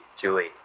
Julie